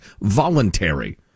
voluntary